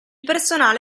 personale